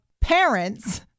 parents